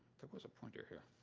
was a pointer here,